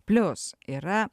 plius yra